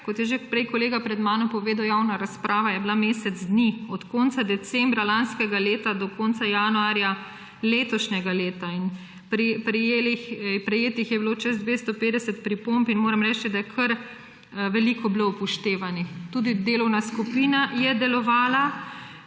Kot je že prej kolega pred mano povedal, javna razprava je bila mesec dni, od konca decembra lanskega leta do konca januarja letošnjega leta, prejetih je bilo več kot 250 pripomb in moram reči, da je kar veliko bilo upoštevanih. Tudi delovna skupina je delovala.